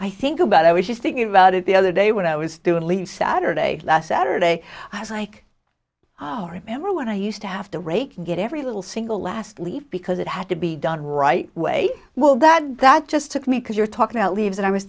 i think about i was just thinking about it the other day when i was doing lease saturday last saturday i was like remember when i used to have to rake get every little single last leave because it had to be done right way will that that just took me because you're talking about leaves and i was